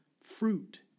fruit